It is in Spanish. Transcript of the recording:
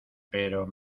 pero